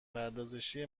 پردازشی